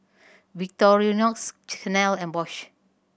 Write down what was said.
Victorinox Chanel and Bosch